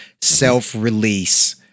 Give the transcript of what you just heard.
self-release